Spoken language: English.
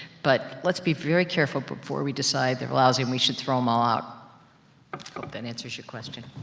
but let's be very careful before we decide, they're lousy, and we should throw them all out. i hope that answers your question.